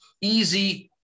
easy